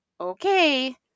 okay